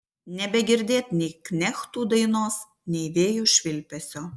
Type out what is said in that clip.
nebegirdėt nei knechtų dainos nei vėjo švilpesio